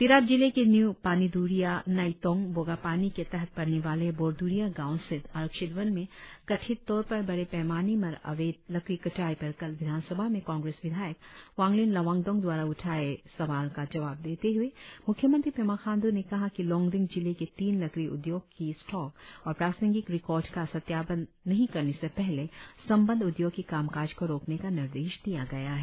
तिराप जिले के न्यू पानिद्रिया नाईतोंग बोगापानी के तहत पड़ने वाले बोरद्रिया गांव स्थित आरक्षित वन में कथित तौर पर बड़े पैमाने में अवैध लकड़ी कटाई पर कल विधानसभा में कांग्रेस विधायक वांगलिन लोवांगडोंग द्वारा उठाये सवाल का जवाब देते हए मुख्यमंत्री पेमा खांडू ने कहा कि लोंगडिंग जिले के तीन लकड़ी उद्योग की स्टॉक और प्रासंगिग रिकॉर्ड का सत्यापन नही करने से पहले संबद्ध उद्योग की कामकाज को रोकने का निर्देश दिया गया है